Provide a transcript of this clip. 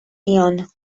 tion